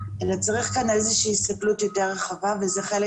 אלא צריך כאן איזושהי הסתכלות יותר רחבה וזה חלק